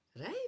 right